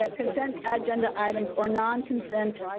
ah consent agenda items or non-consent,